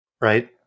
Right